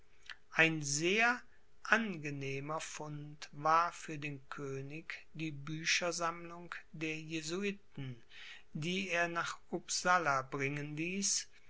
ein sehr angenehmer fund war für den könig die büchersammlung der jesuiten die er nach upsala bringen ließ